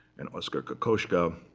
and oskar kokoschka.